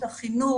החינוך,